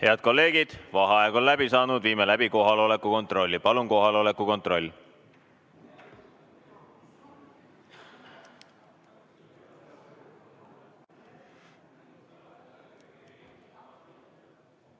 Head kolleegid, vaheaeg on läbi saanud, viime läbi kohaloleku kontrolli. Palun kohaloleku kontroll!